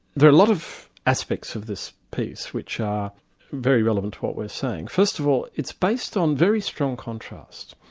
there are a lot of aspects of this piece which are very relevant to what we're saying. first of all, it's based on very strong contrasts.